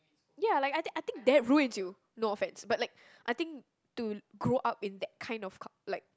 ya like I think I think that ruins you no offence but like I think to grow up in that kind of cul~ like